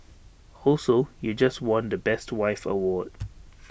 also you just won the best wife award